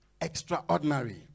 extraordinary